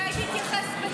אולי תתייחס ספציפית?